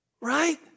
right